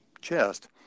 chest